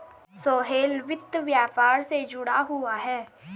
सोहेल वित्त व्यापार से जुड़ा हुआ है